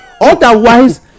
Otherwise